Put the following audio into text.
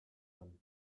them